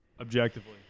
Objectively